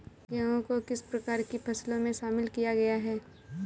गेहूँ को किस प्रकार की फसलों में शामिल किया गया है?